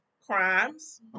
Crimes